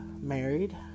married